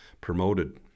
promoted